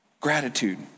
gratitude